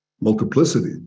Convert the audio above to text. multiplicity